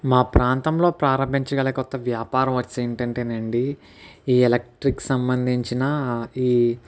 మా ప్రాంతంలో ప్రారంభించగల కొత్త వ్యాపారం వచ్చేసి ఏంటి అంటే అండి ఈ ఎలక్ట్రిక్ సంబంధించిన ఈ